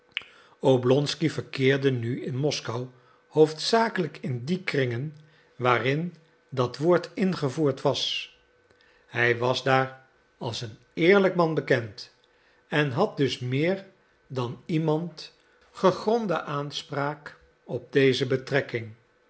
oblonsky verkeerde nu in moskou hoofdzakelijk in die kringen waarin dat woord ingevoerd was hij was daar als een eerlijk man bekend en had dus meer dan iemand gegronde aanspraak op deze betrekking